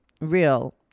real